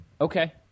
Okay